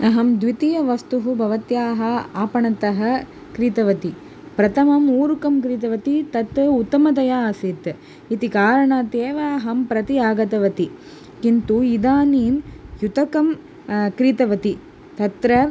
अहं द्वितीयवस्तुं भवत्याः आपणतः क्रीतवती प्रथमम् ऊरुकं क्रीतवती तत्तु उत्तमतया आसीत् इति कारणात् एव अहं प्रति आगतवती किन्तु इदानीं युतकं क्रीतवती तत्र